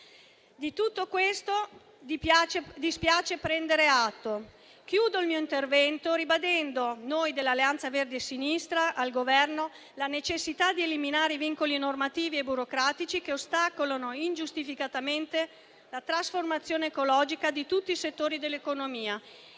Di tutto questo dispiace prendere atto. Chiudo il mio intervento ribadendo al Governo, noi dell'Alleanza Verdi e Sinistra, la necessità di eliminare i vincoli normativi e burocratici che ostacolano ingiustificatamente la trasformazione ecologica di tutti i settori dell'economia